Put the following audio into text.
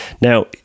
Now